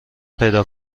پیدا